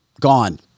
gone